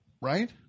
Right